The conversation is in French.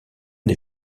des